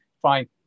fine